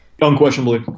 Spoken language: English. Unquestionably